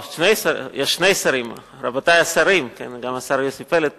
יש שני שרים, אז רבותי השרים, גם השר יוסי פלד פה.